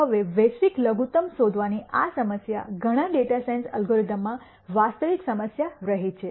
હવે વૈશ્વિક લઘુત્તમ શોધવાની આ સમસ્યા ઘણા ડેટા સાયન્સ એલ્ગોરિધમ્સમાં વાસ્તવિક સમસ્યા રહી છે